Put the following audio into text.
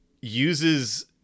uses